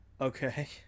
Okay